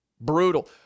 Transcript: Brutal